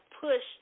pushed